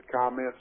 comments